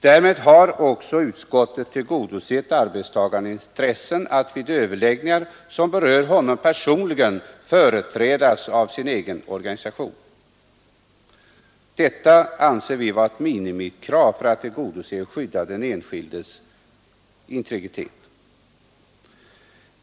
Därmed har utskottet tillgodosett den enskilde arbetstagarens intresse att vid överläggningar som berör honom personligen företrädas av sin egen organisation. Detta anser vi vara ett minimikrav för att tillgodose och skydda den enskildes integritet.